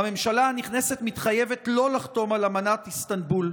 הממשלה הנכנסת מתחייבת לא לחתום על אמנת איסטנבול.